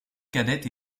cadette